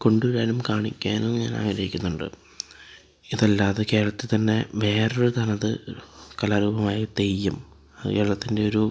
കൊണ്ടുവരാനും കാണിക്കാനും ഞാൻ ആഗ്രഹിക്കുന്നുണ്ട് ഇതല്ലാതെ കേരളത്തില്ത്തന്നെ വേറൊരു തനത് കലാ രൂപമായ തെയ്യം അത് കേരളത്തിൻ്റെ ഒരു